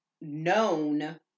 known